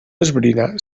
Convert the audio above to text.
esbrinar